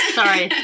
sorry